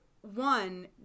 one